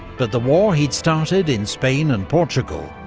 but the war he'd started in spain and portugal,